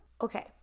Okay